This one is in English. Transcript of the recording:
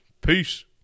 peace